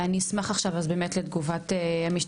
אני אשמח עכשיו אז באמת לתגובת המשטרה,